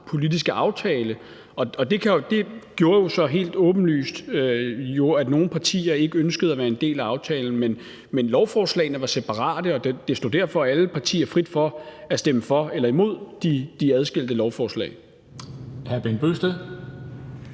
politiske aftale, og det gjorde jo så helt åbenlyst, at nogle partier ikke ønskede at være en del af aftalen. Men lovforslagene var separate, og det stod derfor alle partier frit for at stemme for eller imod de adskilte lovforslag.